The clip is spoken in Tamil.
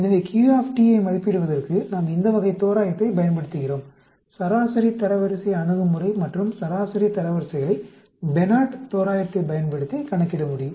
எனவே Q ஐ மதிப்பிடுவதற்கு நாம் இந்த வகை தோராயத்தைப் பயன்படுத்துகிறோம் சராசரி தரவரிசை அணுகுமுறை மற்றும் சராசரி தரவரிசைகளை பெனார்ட் தோராயத்தைப் பயன்படுத்தி கணக்கிட முடியும்